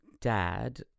dad